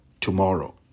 tomorrow